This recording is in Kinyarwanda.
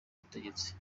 ubutegetsi